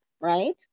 right